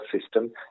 system